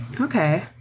Okay